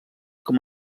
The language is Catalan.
com